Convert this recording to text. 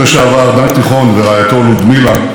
ראש עיריית ירושלים ניר ברקת,